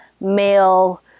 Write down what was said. male